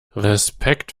respekt